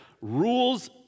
Rules